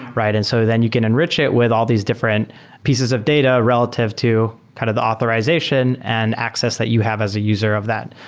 and so then you can enrich it with all these different pieces of data relative to kind of the authorization and access that you have as a user of that.